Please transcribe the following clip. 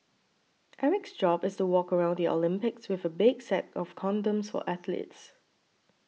Eric's job is to walk around the Olympics with a big sack of condoms for athletes